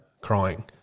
Crying